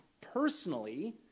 personally